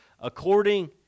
according